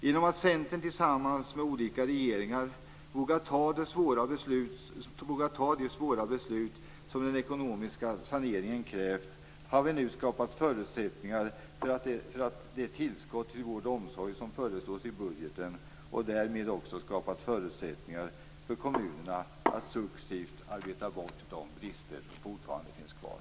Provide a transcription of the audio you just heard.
Genom att Centern tillsammans med olika regeringar vågat fatta de svåra beslut som den ekonomiska saneringen krävt har vi nu skapat förutsättningar för det tillskott till vård och omsorg som föreslås i budgeten. Därmed har också förutsättningar skapats för kommunerna att successivt arbeta bort de brister som fortfarande finns kvar.